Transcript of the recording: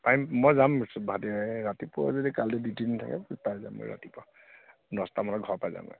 পাৰিম মই যাম ৰাতিপুৱা যদি কাইলৈ ডিউটি নাথাকে পাই যামগৈ ৰাতিপুৱা দছটামানত ঘৰ পাই যামগৈ